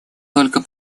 только